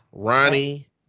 Ronnie